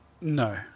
No